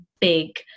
big